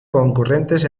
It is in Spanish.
concurrentes